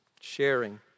sharing